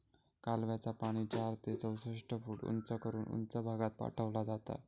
कालव्याचा पाणी चार ते चौसष्ट फूट उंच करून उंच भागात पाठवला जाता